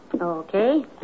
Okay